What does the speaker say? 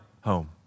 home